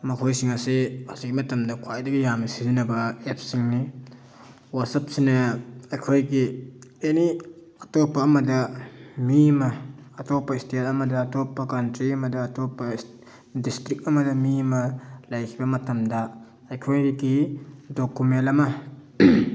ꯃꯈꯣꯏꯁꯤꯡ ꯑꯁꯤ ꯍꯧꯖꯤꯛ ꯃꯇꯝꯗ ꯈ꯭ꯋꯥꯏꯗꯒꯤ ꯌꯥꯝꯅ ꯁꯤꯖꯤꯟꯅꯕ ꯑꯦꯞꯁꯁꯤꯡꯅꯤ ꯋꯥꯆꯞꯁꯤꯅ ꯑꯩꯈꯣꯏꯒꯤ ꯑꯦꯅꯤ ꯑꯇꯣꯞꯄ ꯑꯃꯗ ꯃꯤ ꯑꯃ ꯑꯇꯣꯞꯄ ꯏꯁꯇꯦꯠ ꯑꯃꯗ ꯑꯇꯣꯞꯄ ꯀꯟꯇ꯭ꯔꯤ ꯑꯃꯗ ꯑꯇꯣꯞꯄ ꯗꯤꯁꯇ꯭ꯔꯤꯛ ꯑꯃꯗ ꯃꯤ ꯑꯃ ꯂꯩꯈꯤꯕ ꯃꯇꯝꯗ ꯑꯩꯈꯣꯏꯒꯤ ꯗꯣꯀꯨꯃꯦꯟ ꯑꯃ